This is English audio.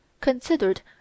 considered